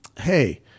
Hey